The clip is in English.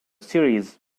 series